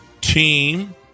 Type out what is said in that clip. team